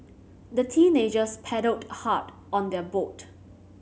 the teenagers paddled hard on their boat